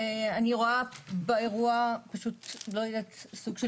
ואני רואה באירוע סוג של